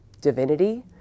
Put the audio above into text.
divinity